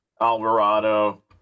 Alvarado